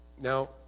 Now